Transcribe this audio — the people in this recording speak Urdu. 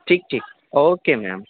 ٹھیک ٹھیک اوکے میم